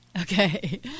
Okay